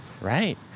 Right